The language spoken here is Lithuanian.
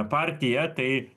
partiją tai